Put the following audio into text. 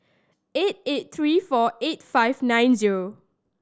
eight eight three four eight five nine zero